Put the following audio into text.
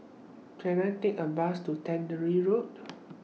Can I Take A Bus to Tannery Road